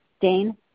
Dane